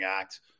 act